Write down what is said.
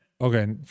Okay